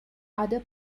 other